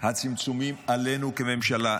הצמצומים עלינו כממשלה,